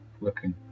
looking